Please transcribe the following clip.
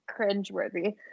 cringeworthy